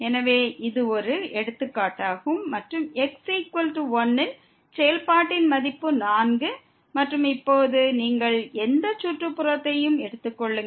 எனவே இது ஒரு எடுத்துக்காட்டாகும் மற்றும் x1 இல் செயல்பாட்டின் மதிப்பு 4 மற்றும் இப்போது நீங்கள் எந்த சுற்றுப்புறத்தையும் எடுத்துக் கொள்ளலாம்